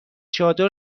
چادر